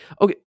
Okay